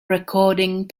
recording